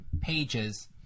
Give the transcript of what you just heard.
pages